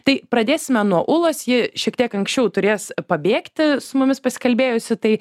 tai pradėsime nuo ūlos ji šiek tiek anksčiau turės pabėgti su mumis pasikalbėjusi tai